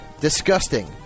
disgusting